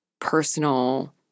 personal